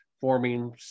forming